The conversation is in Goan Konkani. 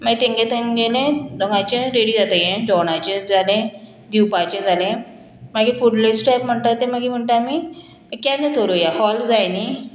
मागीर तेंगे तेंगेले दोंगांयचें रेडी जाता जेवणाचें जालें दिवपाचें जालें मागीर फुडलें स्टेप म्हणटा तें मागीर म्हणटा आमी केन्ना दवरूया हॉल जाय न्ही